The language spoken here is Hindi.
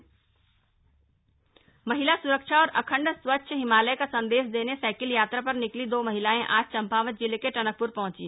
साइकिल भ्रमण महिला सुरक्षा और अखंड स्वच्छ हिमालय का संदेश देने साइकिल यात्रा पर निकली दो महिलाएं आज चम्पावत जिले के टनकप्र पहंची